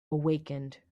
awakened